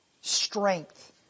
strength